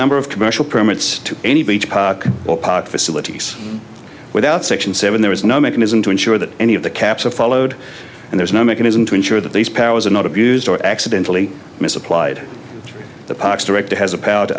number of commercial permits to any beach or park facilities without section seven there is no mechanism to ensure that any of the caps are followed and there's no mechanism to ensure that these powers are not abused or accidentally misapplied the parks director has a power to